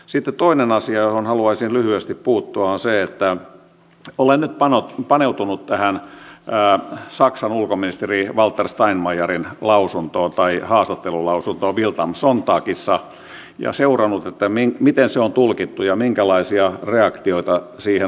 sitten toinen asia johon haluaisin lyhyesti puuttua on se että olen nyt paneutunut tähän saksan ulkoministerin walter steinmeierin haastattelulausuntoon bild am sonntagissa ja seurannut miten se on tulkittu ja minkälaisia reaktioita siihen on tullut